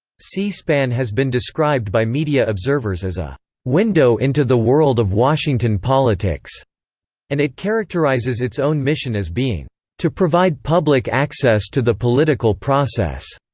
c-span has been described by media observers as a window into the world of washington politics and it characterizes its own mission as being to provide public access to the political process.